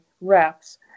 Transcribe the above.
reps